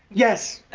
yes.